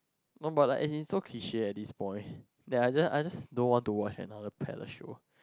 no but like as in so cliche this point that I just I just don't want to watch another palace show